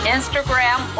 Instagram